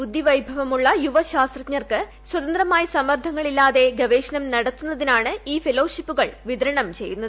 ബുദ്ധിവൈഭവമുള്ള യുവ ശാസ്ത്രജ്ഞർക്ക് സ്വതന്ത്രമായി സമ്മർദ്ദങ്ങളില്ലാതെ ഗവേഷണം നടത്തുന്നതിനാണ് ഈ ഫെല്ലോഷിപ്പുകൾ വിതരണം ചെയ്യുന്നത്